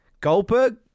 Goldberg